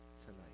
tonight